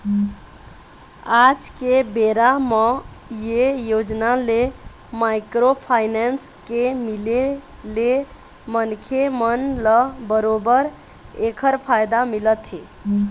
आज के बेरा म ये योजना ले माइक्रो फाइनेंस के मिले ले मनखे मन ल बरोबर ऐखर फायदा मिलत हे